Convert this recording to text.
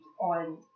on